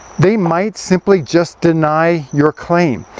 they might simply just deny your claim,